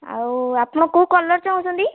ଆଉ ଆପଣ କେଉଁ କଲର୍ ଚାହୁଁଛନ୍ତି